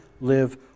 live